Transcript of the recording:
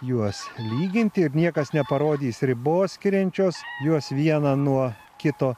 juos lyginti ir niekas neparodys ribos skiriančios juos vieną nuo kito